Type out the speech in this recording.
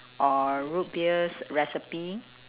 or root beers recipe